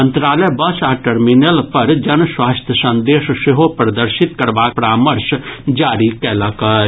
मंत्रालय बस आ टर्मिनल पर जन स्वास्थ्य संदेश सेहो प्रदर्शित करबाक परामर्श जारी कयलक अछि